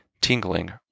tingling